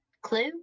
Clue